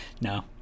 No